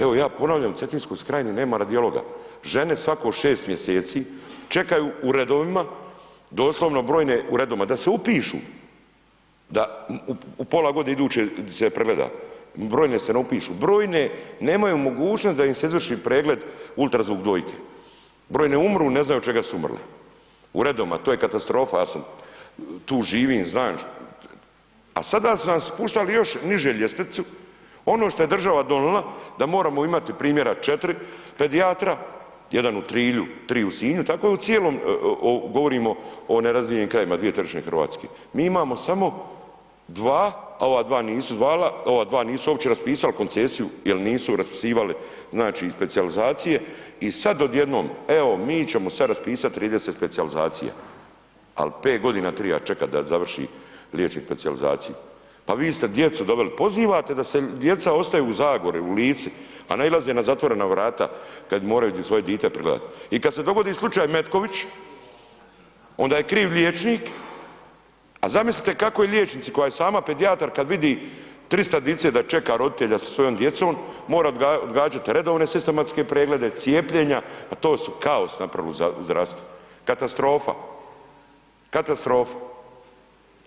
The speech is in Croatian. Evo, ja ponavljam, u Cetinskoj krajini nema radiologa, žene svako 6 mjeseci čekaju u redovima, doslovno brojne u redovima da se upišu da u pola godine iduće se pregleda, brojne se ne upišu, brojne nemaju mogućnost da im se izvrši pregled ultrazvuk dojke, brojne umru, ne znaju od čega su umrli, u redovima, to je katastrofa, ja sam, tu živim, znam, a sada su nam spuštali još niže ljestvicu, ono što je država donila da moramo imati primjera četiri pedijatra, jedan u Trilju, tri u Sinju, tako u cijelom, govorimo o nerazvijenim krajevima 2/3 RH, mi imamo samo 2, ova 2 nisu zvala, ova 2 nisu uopće raspisali koncesiju jel nisu raspisivali, znači, specijalizacije i sad odjednom, evo, mi ćemo sad raspisati 30 specijalizacija, al 5 godina triba čekat da završi liječnik specijalizaciju, pa vi ste djecu doveli, pozivate da se djeca ostaju u Zagori, u Lici, a nailaze na zatvorena vrata kad moraju svoje dite prigledat i kad se dogodi slučaj Metković, onda je kriv liječnik, a zamislite kako je liječnici koja je sama pedijatar kad vidi 300 dice da čeka roditelja sa svojom djecom, mora odgađat redovne sistematske preglede, cijepljenja, pa to su kaos napravili u zdravstvu, katastrofa, katastrofa.